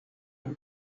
aka